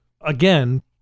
Again